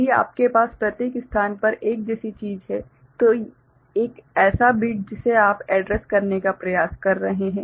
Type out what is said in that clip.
यदि आपके पास प्रत्येक स्थान पर एक ऐसी चीज हैं तो एक ऐसा बिट जिसे आप एड्रैस करने का प्रयास कर रहे हैं